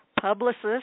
publicist